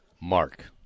mark